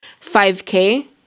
5K